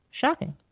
shocking